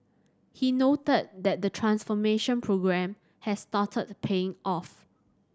he noted that the transformation programme has started paying off